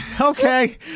okay